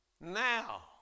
Now